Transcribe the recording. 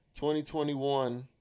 2021